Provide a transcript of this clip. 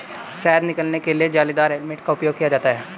शहद निकालने के लिए जालीदार हेलमेट का उपयोग किया जाता है